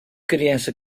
criança